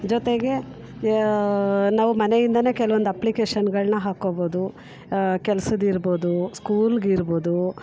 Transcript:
ಜೊತೆಗೆ ನಾವು ಮನೆಯಿಂದಲೇ ಕೆಲವೊಂದು ಅಪ್ಲಿಕೇಶನ್ಗಳನ್ನು ಹಾಕ್ಕೊಬೋದು ಕೆಲ್ಸದ್ದು ಇರ್ಬೋದು ಸ್ಕೂಲಿಗಿರ್ಬೋದು